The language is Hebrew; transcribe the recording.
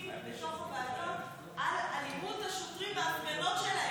לתוך הוועדות על אלימות השוטרים בהפגנות שלהם.